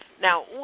Now